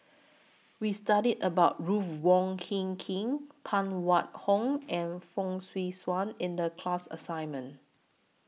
We studied about Ruth Wong Hie King Phan Wait Hong and Fong Swee Suan in The class assignment